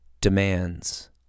demands